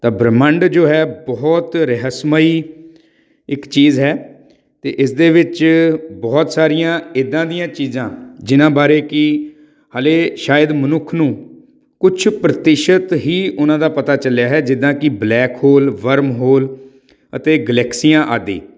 ਤਾਂ ਬ੍ਰਹਿਮੰਡ ਜੋ ਹੈ ਬਹੁਤ ਰਹੱਸਮਈ ਇੱਕ ਚੀਜ਼ ਹੈ ਅਤੇ ਇਸਦੇ ਵਿੱਚ ਬਹੁਤ ਸਾਰੀਆਂ ਇੱਦਾਂ ਦੀਆਂ ਚੀਜ਼ਾਂ ਜਿਹਨਾਂ ਬਾਰੇ ਕਿ ਹਜੇ ਸ਼ਾਇਦ ਮਨੁੱਖ ਨੂੰ ਕੁਛ ਪ੍ਰਤੀਸ਼ਤ ਹੀ ਉਹਨਾਂ ਦਾ ਪਤਾ ਚੱਲਿਆ ਹੈ ਜਿੱਦਾਂ ਕਿ ਬਲੈਕ ਹੋਲ ਵਰਮਹੋਲ ਅਤੇ ਗਲੈਕਸੀਆਂ ਆਦਿ